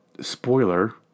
spoiler